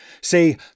Say